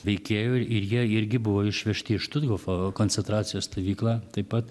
veikėjų ir jie irgi buvo išvežti į štuthofo koncentracijos stovyklą taip pat